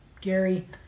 Gary